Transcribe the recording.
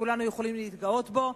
שכולנו יכולים להתגאות בו.